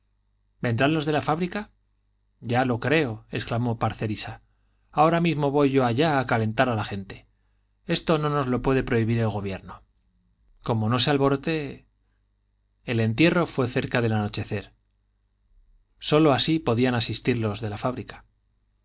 vendrán los de la fábrica ya lo creo exclamó parcerisa ahora mismo voy yo allá a calentar a la gente esto no nos lo puede prohibir el gobierno como no se alborote el entierro fue cerca del anochecer sólo así podían asistirlos de la fábrica